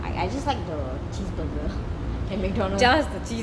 I I just like the cheeseburger at mcdonald's